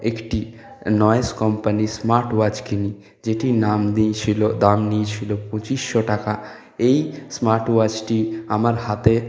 একটি নয়েস কোম্পানির smart watch কিনি যেটি নাম দিয়েছিলো দাম নিয়েছিলো পঁচিশশো টাকা এই স্মার্ট ওয়াচটি আমার হাতে